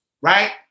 right